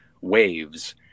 waves